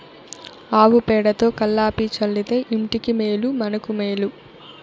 ఆవు పేడతో కళ్లాపి చల్లితే ఇంటికి మేలు మనకు మేలు